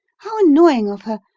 how annoying of her!